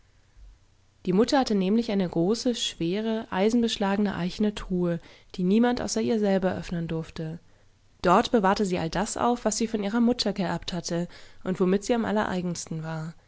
die mutter hatte nämlich eine große schwere eisenbeschlagene eichene truhe die niemand außer ihr selber öffnen durfte dort bewahrte sie all das auf was sie von ihrer mutter geerbt hatte und womit sie am allereigensten war